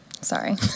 sorry